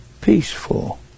peaceful